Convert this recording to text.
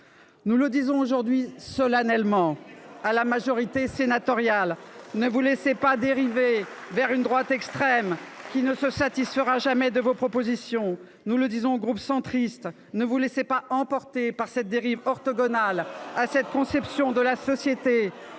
Nous le disons aujourd’hui solennellement à la majorité sénatoriale : ne vous laissez pas dériver vers une droite extrême, qui ne se satisfera jamais de vos propositions. Au groupe centriste, nous disons : ne vous laissez pas emporter par cette dérive orthogonale à votre conception de la société,